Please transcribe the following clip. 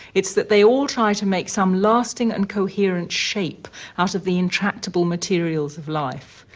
it's that they all try to make some lasting and coherent shape out of the intractable materials of life.